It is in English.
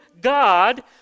God